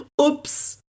Oops